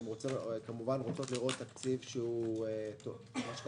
הן כמובן רוצות לראות תקציב שהוא תומך